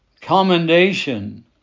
commendation